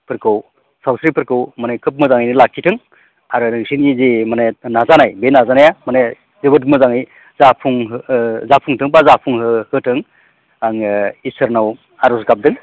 सावस्रिफोरखौ माने खोब मोजाङै लाखिथों आरो नोंसोरनि जि माने नाजानाय बे नाजानाया माने जोबोद मोजाङै जाफुं जाफुंथों एबा जाफुंहोथों आङो इसोरनाव आर'ज गाबदों